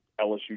LSU